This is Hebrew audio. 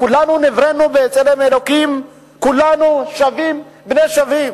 כולנו נבראנו בצלם אלוקים, כולנו שווים בני שווים.